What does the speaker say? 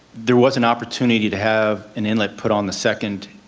there was an opportunity to have an inlet put on the second